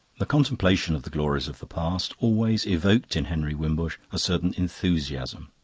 the contemplation of the glories of the past always evoked in henry wimbush a certain enthusiasm.